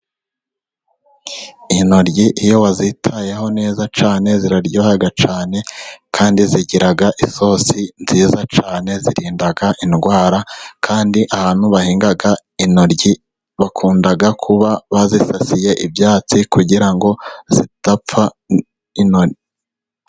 Intoryi iyo wazitayeho neza cyane ziraryoha cyane, kandi zigira isosi nziza cyane, zirinda indwara kandi abantu bahinga intoryi bakunda kuba bazisasiye ibyatsi kugira ngo zidapfa .